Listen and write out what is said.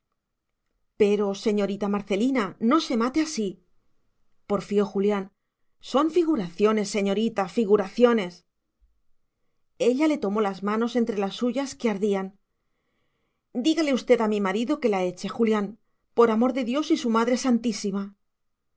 pero señorita marcelina no se mate así porfió julián son figuraciones señorita figuraciones ella le tomó las manos entre las suyas que ardían dígale usted a mi marido que la eche julián por amor de dios y su madre santísima